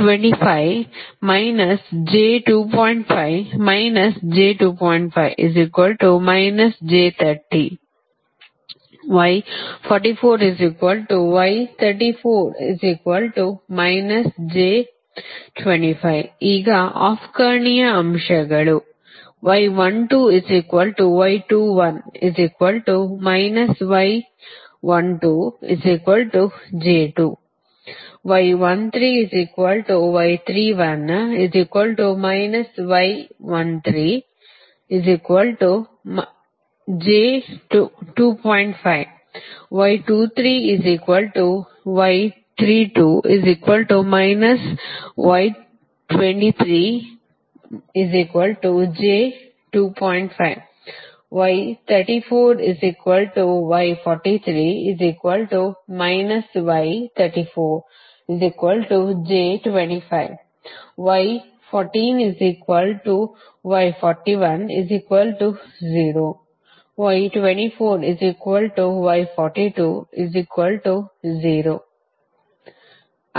ಅಂತೆಯೇ ಈಗ ಆಫ್ ಕರ್ಣೀಯ ಅಂಶಗಳು